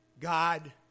God